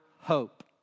hope